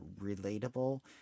relatable